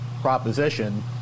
proposition